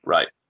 Right